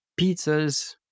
pizzas